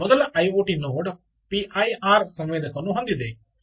ಮೊದಲ IoT node P I R ಸಂವೇದಕವನ್ನು ಹೊಂದಿದೆ